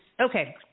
Okay